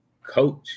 coach